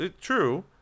true